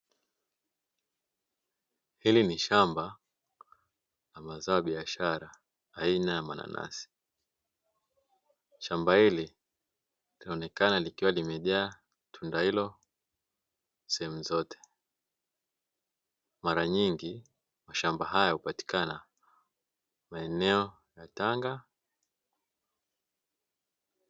Hili ni shamba la mazao ya biashara aina ya mananasi, shamba hili linaonekana likiwa limejaa tunda hilo sehemu zote. Mara nyingi mashamba haya hupatikana maeneo ya Tanga.